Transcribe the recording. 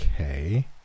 Okay